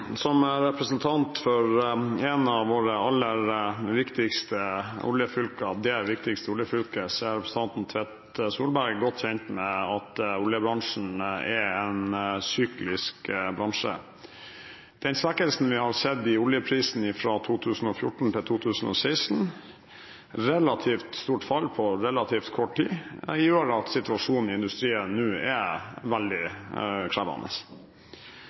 Som representant for et av våre aller viktigste oljefylker, eller det viktigste oljefylket, er representanten Tvedt Solberg godt kjent med at oljebransjen er en syklisk bransje. Den svekkelsen vi har sett i oljeprisen fra 2014 til 2016 – et relativt stort fall på relativt kort tid – gjør at situasjonen i industrien nå er veldig